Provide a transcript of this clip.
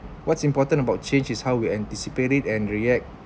what's important about change is how we anticipate it and react